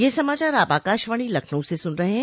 ब्रे क यह समाचार आप आकाशवाणी लखनऊ से सुन रहे हैं